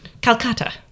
Calcutta